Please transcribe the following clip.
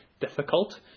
difficult